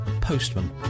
postman